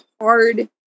hard